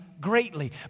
greatly